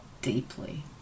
deeply